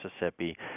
Mississippi